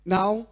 Now